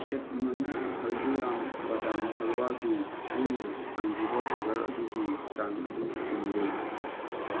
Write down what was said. packet ꯃꯉꯥ ꯍꯜꯗꯤꯔꯥꯝ ꯕꯗꯥꯝ ꯍꯜꯋꯥꯒꯤ ꯑꯩꯅ ꯐꯪꯈꯤꯕ ꯑꯣꯔꯗꯔ ꯑꯗꯨꯒꯤ ꯆꯥꯡ ꯑꯗꯨ ꯆꯨꯝꯗꯦ